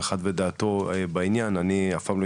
כביכול לראות איך אתה יכול